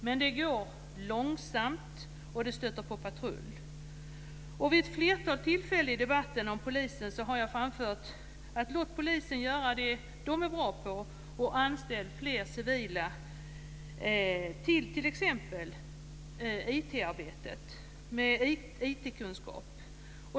Men det går långsamt och det stöter på patrull. Vid ett flertal tillfällen i debatten om polisen har jag framfört att man bör låta polisen göra det de är bra på och anställa fler civila till exempelvis IT arbetet, människor med IT-kunskap.